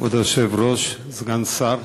כבוד היושב-ראש, סגן השר,